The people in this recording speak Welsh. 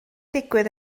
digwydd